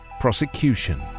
prosecution